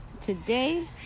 today